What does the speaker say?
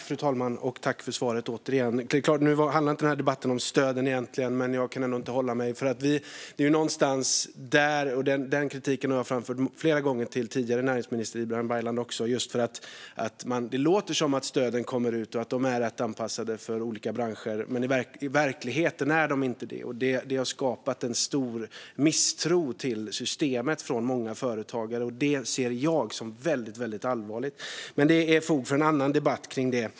Fru talman! Tack för svaret, återigen! Nu handlar den här debatten egentligen inte om stöden, men jag kan ändå inte hålla mig. Det låter som - den kritiken har jag också framfört flera gånger till den tidigare näringsministern Ibrahim Baylan - att stöden kommer ut och är rätt anpassade till olika branscher, men i verkligheten är de inte det. Det har skapat en stor misstro mot systemet från många företagare, och det ser jag som väldigt allvarligt. Det finns fog för en annan debatt kring det.